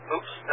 Oops